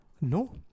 No